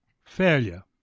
failure